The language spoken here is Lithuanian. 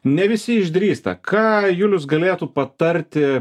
ne visi išdrįsta ką julius galėtų patarti